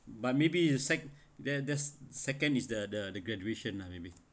but maybe the sec~ there there's second is the the the graduation lah maybe